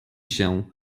się